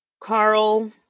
Carl